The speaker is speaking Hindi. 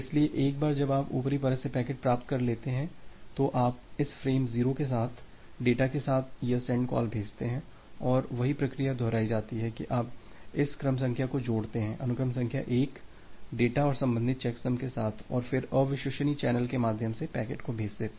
इसलिए एक बार जब आप ऊपरी परत से पैकेट प्राप्त कर लेते हैं तो आप इस फ़्रेम 0 के साथ डेटा के साथ यह सेंड कॉल भेजते हैं और वही प्रक्रिया दोहराई जाती है कि आप इस क्रम संख्या को जोड़ते हैं अनुक्रम संख्या 1 डेटा और संबंधित चेकसम के साथ और फिर अविश्वसनीय चैनल के माध्यम से पैकेट को भेजें